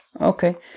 Okay